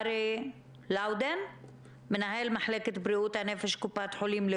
הרי הילדים האלה בסופו של דבר יצטרכו אותם.